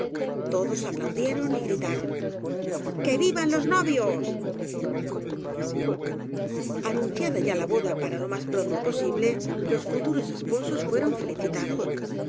todos aplaudieron y gritaron que vivan los novios anunciada ya la boda para lo más pronto posi ble los futuros esposos fueron felicitados